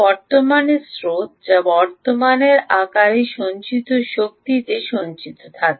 কারেন্টর স্রোত যা কারেন্টর আকারে শক্তিতে সঞ্চিত থাকে